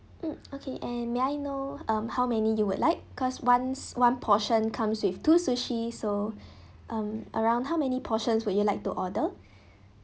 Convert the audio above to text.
mm okay and may I know um how many you would like cause one's one portion comes with two sushi so um around how many portions would you like to order